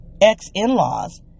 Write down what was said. ex-in-laws